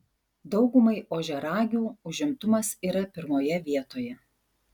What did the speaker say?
daugumai ožiaragių užimtumas yra pirmoje vietoje